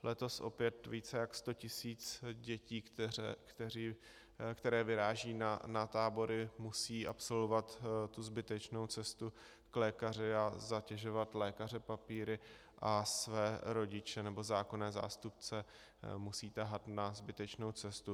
Letos opět více jak sto tisíc dětí, které vyrážejí na tábory, musí absolvovat tu zbytečnou cestu k lékaři a zatěžovat lékaře papíry a své rodiče nebo zákonné zástupce musí tahat na zbytečnou cestu.